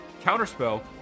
Counterspell